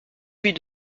huit